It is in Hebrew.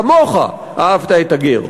כמוך אהבת את הגר.